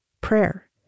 prayer